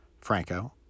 Franco